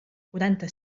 quaranta